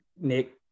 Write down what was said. Nick